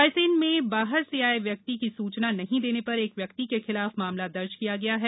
रायसेन में बाहर से आये व्यक्ति की सुचना नहीं देने पर एक व्यक्ति के खिलाफ मामला दर्ज किया गया है